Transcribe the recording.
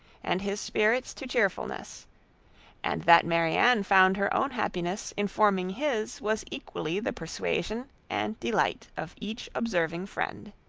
and his spirits to cheerfulness and that marianne found her own happiness in forming his, was equally the persuasion and delight of each observing friend.